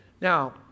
Now